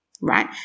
right